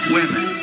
women